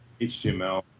HTML